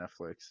netflix